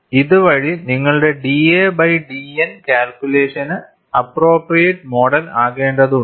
ഇത് വഴി നിങ്ങളുടെ da ബൈ dN കാൽക്കുലേഷന് അപ്പ്പ്രോപ്രിയേറ്റ് മോഡൽ ആക്കേണ്ടതുണ്ട്